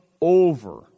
over